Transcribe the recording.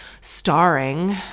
starring